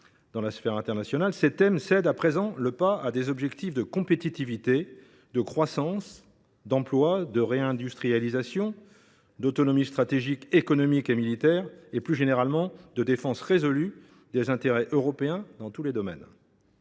dans la sphère internationale, ces thèmes cèdent à présent le pas à des objectifs de compétitivité, de croissance, d’emploi, de réindustrialisation, d’autonomie stratégique, économique et militaire et, plus généralement, de défense résolue des intérêts européens dans tous les domaines.